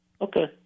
Okay